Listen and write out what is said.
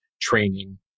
training